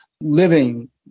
living